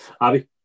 Abby